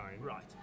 right